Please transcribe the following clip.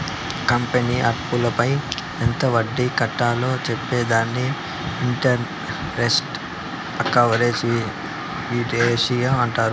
company అప్పులపై ఎంత వడ్డీ కట్టాలో చెప్పే దానిని ఇంటరెస్ట్ కవరేజ్ రేషియో అంటారు